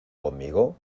conmigo